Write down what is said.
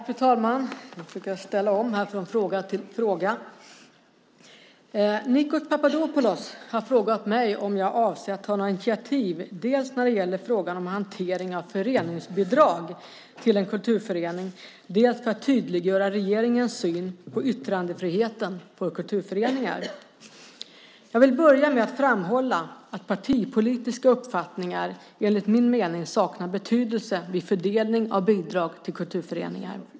Fru talman! Nikos Papadopoulos har frågat mig om jag avser att ta några initiativ dels när det gäller frågan om hantering av fördelning av föreningsbidrag till en kulturförening, dels för att tydliggöra regeringens syn på yttrandefriheten för kulturföreningar. Jag vill börja med att framhålla att partipolitiska uppfattningar enligt min mening saknar betydelse vid fördelning av bidrag till kulturföreningar.